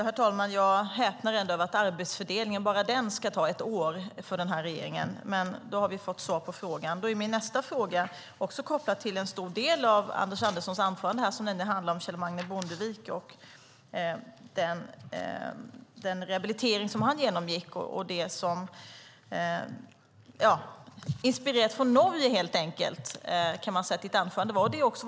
Herr talman! Jag häpnar ändå över att beslut om arbetsfördelningen ska ta ett år för regeringen. Men då har vi fått svar på frågan. Min nästa fråga är också kopplad till en stor del av Anders Anderssons anförande, nämligen den rehabilitering som Kjell Magne Bondevik genomgick. Anders Anderssons anförande fick inspiration från Norge.